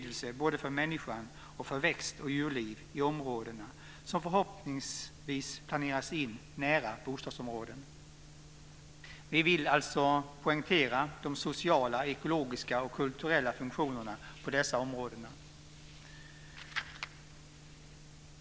Det gäller både för människan och för växt och djurlivet i områdena, som förhoppningsvis planeras in nära bostadsområdena. Vi vill alltså poängtera de sociala, ekologiska och kulturella funktionerna vad gäller dessa områden.